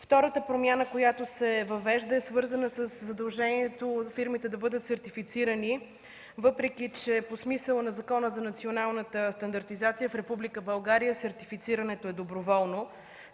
Втората промяна, която се въвежда, е свързана със задължението фирмите да бъдат сертифицирани, въпреки че по смисъла на Закона за националната стандартизация в Република България сертифицирането е доброволно.